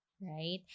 right